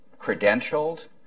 credentialed